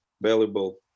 valuable